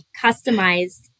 customized